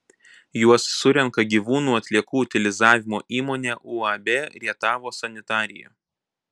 juos surenka gyvūnų atliekų utilizavimo įmonė uab rietavo sanitarija